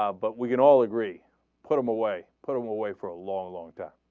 ah but we get all agree put them away put away for a long long time